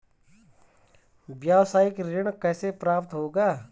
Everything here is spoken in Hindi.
व्यावसायिक ऋण कैसे प्राप्त होगा?